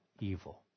evil